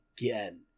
again